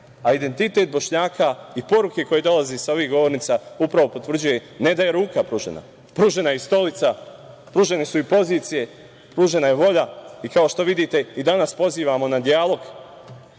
a identitet Bošnjaka i poruke koje dolaze sa ovih govornica upravo potvrđuju, ne da je ruka pružena, pružena je i stolica, pružene su i pozicije, pružena je i volja i, kao što vidite, i danas pozivamo na dijalog,